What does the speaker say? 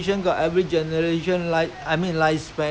no choice if everybody ha~ try to suit in try to